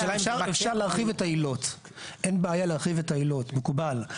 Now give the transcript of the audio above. אין בעיה להרחיב את העילות, מקובל.